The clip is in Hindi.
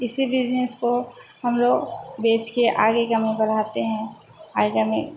इसी बिजनेस को हम लोग बेच कर आगे बढ़ाते हैं आगे में